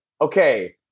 okay